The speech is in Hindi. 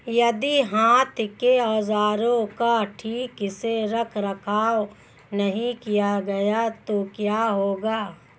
यदि हाथ के औजारों का ठीक से रखरखाव नहीं किया गया तो क्या होगा?